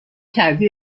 کردی